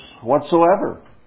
whatsoever